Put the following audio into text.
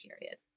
period